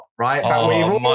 right